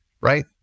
right